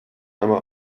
einmal